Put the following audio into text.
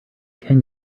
can